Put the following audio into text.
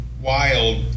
wild